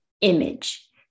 image